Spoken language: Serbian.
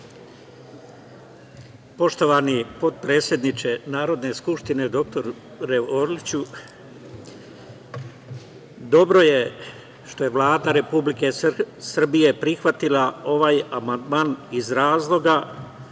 Poštovani potpredsedniče Narodne skupštine, doktore Orliću, dobro je što je Vlada Republike Srbije prihvatila ovaj amandman iz razloga